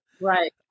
right